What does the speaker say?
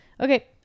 Okay